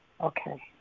okay